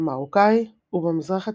המרוקאי, ובמזרח התיכון,